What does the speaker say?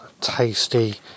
tasty